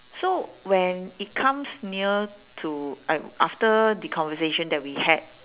so when it comes near to uh after the conversation that we had